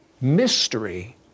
mystery